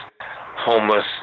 homeless